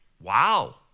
Wow